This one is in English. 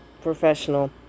professional